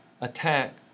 attack